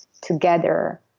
together